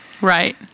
Right